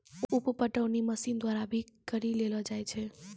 उप पटौनी मशीन द्वारा भी करी लेलो जाय छै